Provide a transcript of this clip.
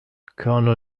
colonel